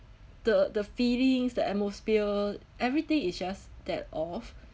the the feelings the atmosphere everything it's just that off